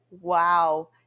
wow